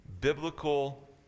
biblical